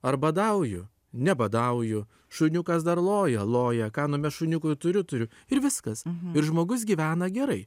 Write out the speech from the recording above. ar badauju nebadauju šuniukas dar loja loja ką numest šuniukui turiu turiu ir viskas ir žmogus gyvena gerai